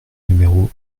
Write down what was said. numéro